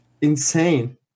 insane